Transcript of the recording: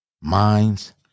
Minds